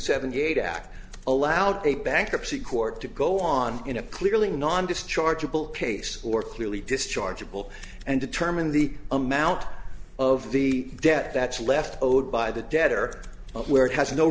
seventy eight act allowed a bankruptcy court to go on in a clearly non dischargeable case or clearly dischargeable and determine the amount of the debt that's left od'd by the debtor where it has no